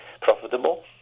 profitable